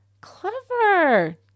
Clever